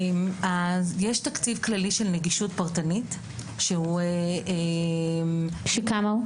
יש תקציב כללי של נגישות פרטנית --- שכמה הוא?